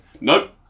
Nope